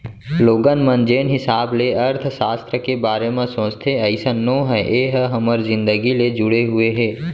लोगन मन जेन हिसाब ले अर्थसास्त्र के बारे म सोचथे अइसन नो हय ए ह हमर जिनगी ले जुड़े हुए हे